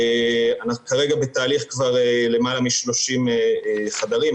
אנחנו כרגע בתהליך של למעלה מ-30 חדרים,